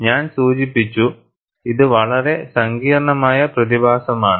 ഞാൻ സൂചിപ്പിച്ചു ഇത് വളരെ സങ്കീർണ്ണമായ പ്രതിഭാസമാണ്